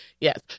Yes